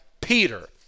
Peter